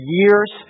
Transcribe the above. years